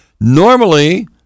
normally